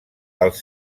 els